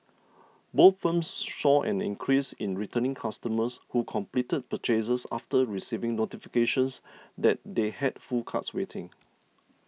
both firms saw an increase in returning customers who completed purchases after receiving notifications that they had full carts waiting